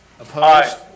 Opposed